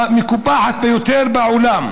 המקופחת ביותר בעולם,